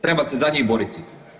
Treba se za njih boriti.